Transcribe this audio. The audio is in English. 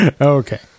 okay